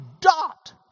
dot